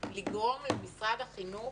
לגרום למשרד החינוך